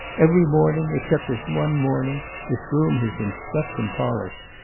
every morning, except this one morning, this room has been swept and polished.